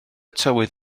tywydd